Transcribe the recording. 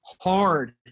hard